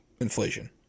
inflation